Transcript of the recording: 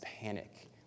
panic